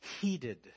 heated